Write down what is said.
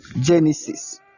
Genesis